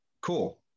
cool